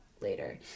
later